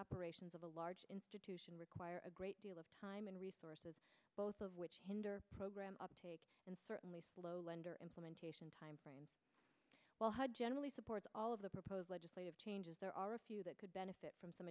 operations of a large institution require a great deal of time and resources both of which hinder program uptake and certainly slow lender implementation time frame well how generally supports all of the proposed legislative changes there are a few that could benefit from some